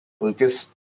Lucas